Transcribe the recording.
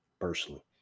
personally